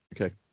Okay